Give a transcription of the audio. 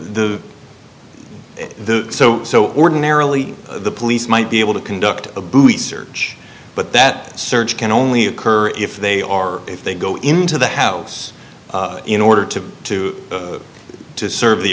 the so so ordinarily the police might be able to conduct a buoy search but that search can only occur if they are if they go into the house in order to to to serve the